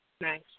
Nice